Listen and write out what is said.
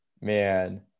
man